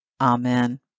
amen